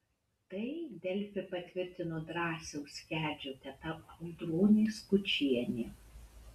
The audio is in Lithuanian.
tai delfi patvirtino drąsiaus kedžio teta audronė skučienė